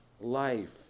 life